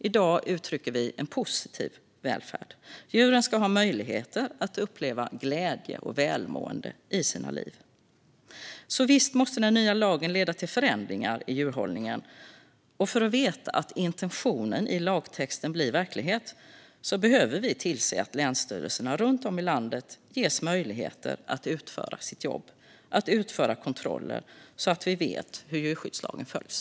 I dag uttrycker vi en positiv välfärd, det vill säga att djuren ska ha möjligheter att uppleva glädje och välmående i sina liv. Den nya lagen måste alltså leda till förändringar i djurhållningen, och för att veta att intentionen i lagtexten blir verklighet behöver vi tillse att länsstyrelserna runt om i landet ges möjligheter att utföra sitt jobb - att utföra kontroller så att vi vet hur djurskyddslagen följs.